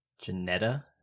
Janetta